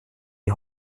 die